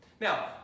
Now